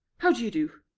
how do you do?